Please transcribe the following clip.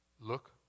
Look